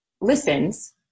listens